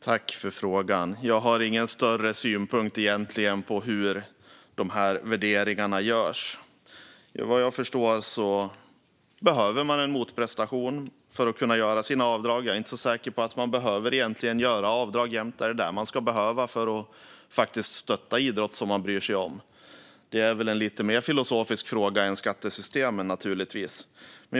Herr ålderspresident! Jag har ingen egentlig synpunkt på hur dessa värderingar görs. Vad jag förstår behöver man en motprestation för att kunna göra sina avdrag. Jag är dock inte så säker på att man jämt behöver göra avdrag. Ska det behövas för att stötta idrott man bryr sig om? Det är förstås mer en filosofisk fråga än frågan om skattesystemet.